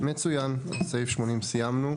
מצוין, עם סעיף 80 סיימנו.